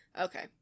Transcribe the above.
Okay